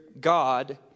God